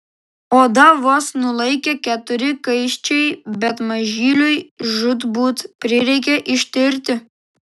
odą vos nulaikė keturi kaiščiai bet mažyliui žūtbūt prireikė ištirti